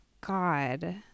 God